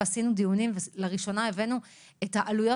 ערכנו דיונים ולראשונה הבאנו את העלויות